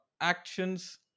actions